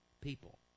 people